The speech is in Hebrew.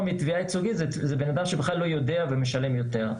מתביעה ייצוגית זה בן אדם שבכלל לא יודע ומשלם יותר.